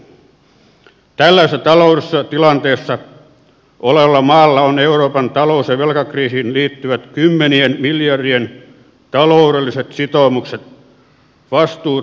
tällaisessa taloudellisessa tilanteessa olevalla maalla on euroopan talous ja velkakriisiin liittyvät kymmenien miljardien taloudelliset sitoumukset vastuut ja saatavat